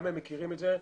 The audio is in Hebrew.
גם הם מכירים את זה.